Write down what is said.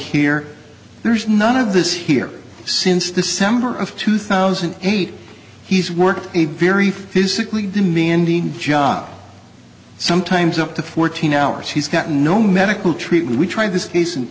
hear there's none of this here sin december of two thousand and eight he's worked a very physically demanding job sometimes up to fourteen hours he's got no medical treatment we try this case in